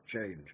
change